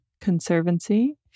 Conservancy